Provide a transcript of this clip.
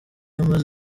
amaze